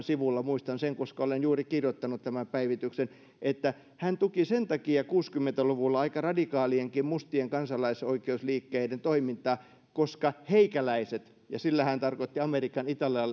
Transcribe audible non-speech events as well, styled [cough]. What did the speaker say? [unintelligible] sivulla viisikymmentäseitsemän muistan sen koska olen juuri kirjoittanut tämän päivityksen että hän tuki kuusikymmentä luvulla aika radikaalienkin mustien kansalaisoikeusliikkeiden toimintaa sen takia koska heikäläiset ja sillä hän tarkoitti amerikan